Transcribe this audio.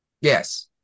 Yes